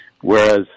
Whereas